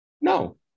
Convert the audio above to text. No